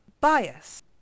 bias